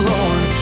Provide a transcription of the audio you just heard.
Lord